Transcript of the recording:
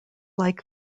like